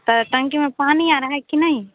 तो टंकी में पानी आ रहा है कि नहीं